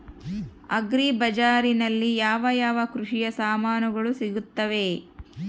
Agri ಬಜಾರಿನಲ್ಲಿ ಯಾವ ಯಾವ ಕೃಷಿಯ ಸಾಮಾನುಗಳು ಸಿಗುತ್ತವೆ?